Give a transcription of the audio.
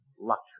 luxury